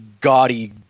gaudy